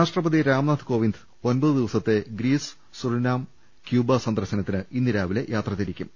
രാഷ്ട്രപതി രാംനാഥ് കോവിന്ദ് ഒൻപത് ദിവസത്തെ ഗ്രീസ് സുറിനാം ക്യൂബ സന്ദർശനത്തിന് ഇന്ന് രാവിലെ യാത്ര തിരിക്കും